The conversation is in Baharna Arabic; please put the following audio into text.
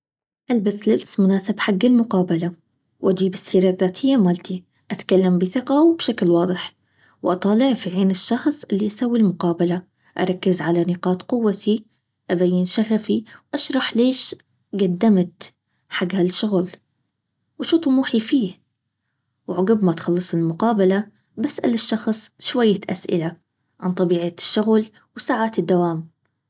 ألبس لبس مناسب حق المقابلة واجيب السيرة الذاتية مالتي اتكلم بثقة وبشكل واضح واطالع في عين الشخص اللي يسوي المقابلة اركز على نقاط قوتي ابين شغفي اشرح ليش قدمت حق هالشغل وشو طموحي فيه وقبل ما تخلص المقابله بسأل الشخص شويه اسئله عن طبيعه الشغل وساعة الدوام